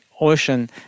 ocean